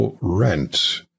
rent